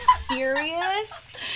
serious